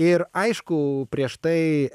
ir aišku prieš tai